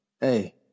Hey